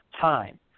time